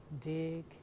dig